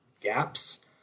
gaps